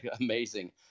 amazing